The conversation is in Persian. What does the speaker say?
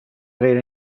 غیر